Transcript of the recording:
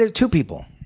there are two people.